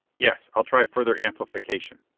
yes. i'll try further amplification.